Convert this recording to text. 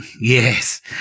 Yes